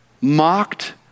mocked